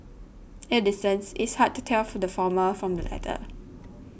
at a distance it's hard to tell the former from the latter